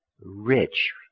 rich